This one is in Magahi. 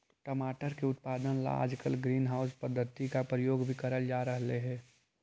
टमाटर की उत्पादन ला आजकल ग्रीन हाउस पद्धति का प्रयोग भी करल जा रहलई हे